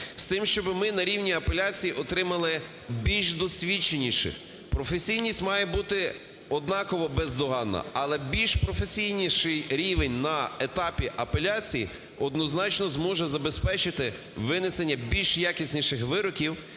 з тим, щоби ми на рівні апеляції отримали більш досвідченіших. Професійність має бути однаково бездоганна, але більшпрофесійнійший рівень на етапі апеляції однозначно зможе забезпечити винесення більш якісніших вироків,